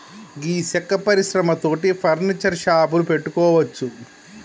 గీ సెక్క పరిశ్రమ తోటి ఫర్నీచర్ షాపులు పెట్టుకోవచ్చు